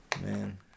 Man